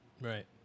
Right